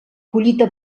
collita